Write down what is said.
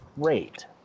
great